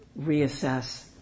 reassess